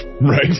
Right